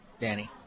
Danny